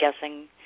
guessing